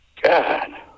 God